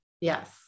Yes